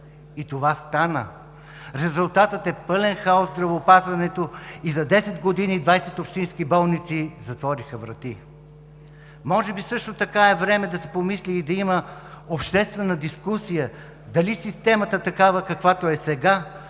И това стана. Резултатът е пълен хаос в здравеопазването и за 10 г. двайсет общински болници затвориха врати. Може би също така е време да се помисли да има и обществена дискусия дали системата, каквато е сега,